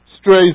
strays